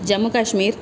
Jammu Kashmir